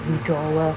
withdrawal